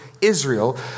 Israel